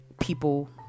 people